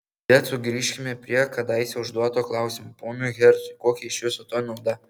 bet sugrįžkime prie kadaise užduoto klausimo ponui hercui kokia iš viso to nauda